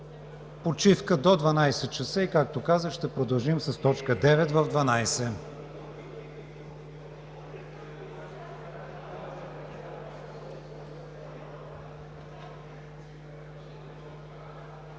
Почивка до 12,00 ч. и, както казах, ще продължим с точка девет